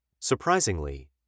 Surprisingly